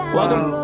Welcome